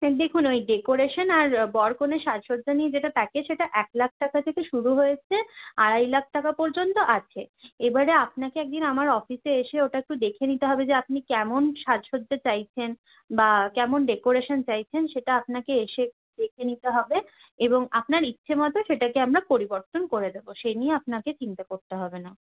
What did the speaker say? দেখুন ঐ ডেকরেশান আর বর কনের সাজসজ্জা নিয়ে যেটা প্যাকেজ সেটা এক লাখ টাকা থেকে শুরু হয়েছে আড়াই লাখ টাকা পর্যন্ত আছে এবারে আপনাকে একদিন আমার অফিসে এসে ওটা একটু দেখে নিতে হবে যে আপনি কেমন সাজসজ্জা চাইছেন বা কেমন ডেকোরেশন চাইছেন সেটা আপনাকে এসে দেখে নিতে হবে এবং আপনার ইচ্ছে মত সেটাকে আমরা পরিবর্তন করে দেবো সে নিয়ে আপনাকে চিন্তা করতে হবে না